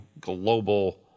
global